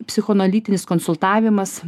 psichoanalitinis konsultavimas